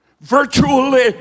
Virtually